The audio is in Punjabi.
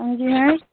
ਹਾਂਜੀ ਮੈਮ